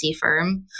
firm